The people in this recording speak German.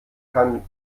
kein